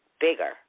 bigger